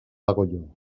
hago